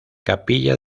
capilla